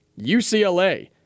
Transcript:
ucla